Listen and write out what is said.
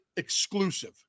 exclusive